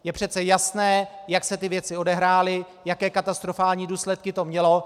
Je přece jasné, jak se ty věci odehrály, jaké katastrofální důsledky to mělo.